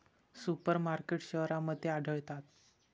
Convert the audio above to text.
super markets शहरांमध्ये आढळतात